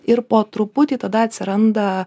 ir po truputį tada atsiranda